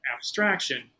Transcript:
abstraction